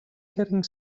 getting